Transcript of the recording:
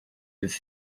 his